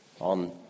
on